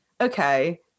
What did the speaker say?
okay